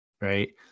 right